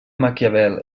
maquiavel